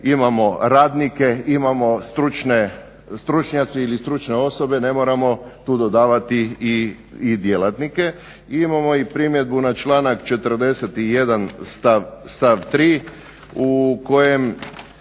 imamo radnike, imamo stručne, stručnjaci ili stručne osobe, ne moramo tu dodavati i djelatnike. Imamo i primjedbu na članak 41. stav 3. u kojem